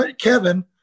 Kevin